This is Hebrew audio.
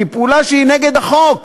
כפעולה שהיא נגד החוק,